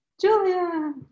julia